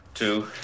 Two